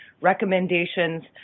Recommendations